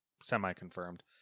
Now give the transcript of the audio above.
semi-confirmed